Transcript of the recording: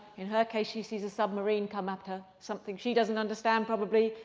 in her case, she sees a submarine come at her. something she doesn't understand, probably.